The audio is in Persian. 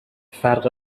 فرق